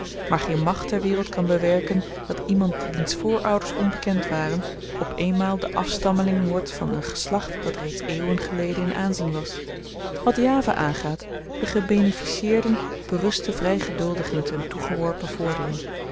maar geen macht ter wereld kan bewerken dat iemand wiens voorouders onbekend waren op eenmaal de afstammeling wordt van een geslacht dat reeds eeuwen geleden in aanzien was wat java aangaat de gebeneficieerden berusten vry geduldig in t hun toegeworpen voordeel